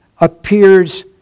appears